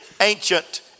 ancient